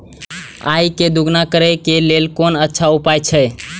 आय के दोगुणा करे के लेल कोन अच्छा उपाय अछि?